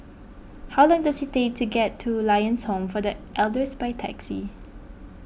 how long does it take to get to Lions Home for the Elders by taxi